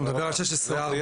הוא מדבר על סעיף 16(א)(4).